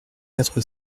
quatre